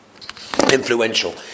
influential